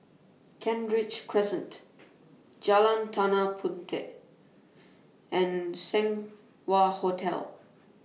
Kent Ridge Crescent Jalan Tanah Puteh and Seng Wah Hotel